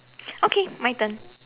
okay my turn